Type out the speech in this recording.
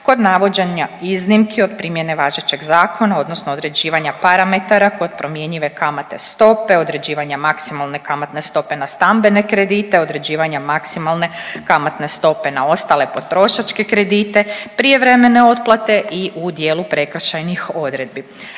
kod navođenja iznimke od primjene važećeg zakona odnosno određivanja parametara kod promjenjive kamatne stope, određivanje maksimalne kamatne stope na stambene kredite, određivanje maksimalne kamatne stope na ostale potrošačke kredite, prijevremene otplate i u dijelu prekršajnih odredbi.